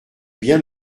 bien